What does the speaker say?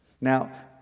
Now